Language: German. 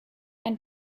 ein